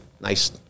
nice